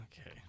Okay